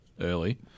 early